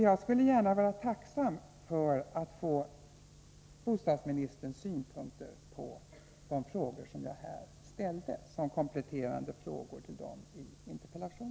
Jag skulle vara tacksam för bostadsministerns synpunkter på de frågor som jag nu ställt som kompletterande frågor till dem som jag framfört i min interpellation.